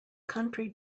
country